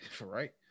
Right